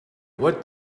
what